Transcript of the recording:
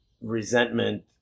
resentment